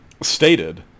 stated